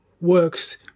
works